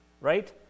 right